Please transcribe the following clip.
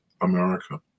America